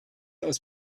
aus